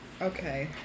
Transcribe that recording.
Okay